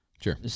Sure